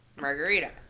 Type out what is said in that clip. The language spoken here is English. margarita